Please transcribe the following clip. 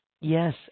Yes